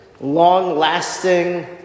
long-lasting